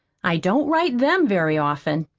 i don't write them very often.